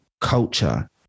culture